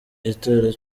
gitero